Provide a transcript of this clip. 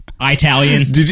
Italian